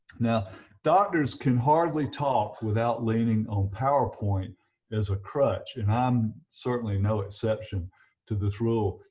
now doctors can hardly talk without leaning on powerpoint as a crutch and i'm certainly no exception to this rule,